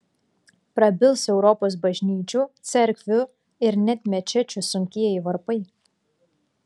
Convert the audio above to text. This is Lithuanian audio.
prabils europos bažnyčių cerkvių ir net mečečių sunkieji varpai